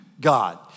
God